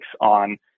on